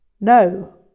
No